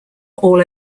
all